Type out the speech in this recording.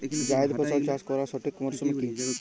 জায়েদ ফসল চাষ করার সঠিক মরশুম কি?